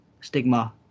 stigma